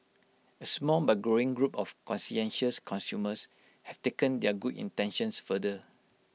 A small but growing group of conscientious consumers have taken their good intentions further